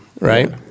right